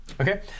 Okay